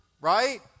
right